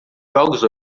jogos